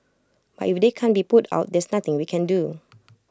but if they can't be put out there's nothing we can do